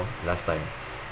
last time